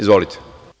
Izvolite.